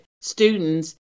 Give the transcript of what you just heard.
students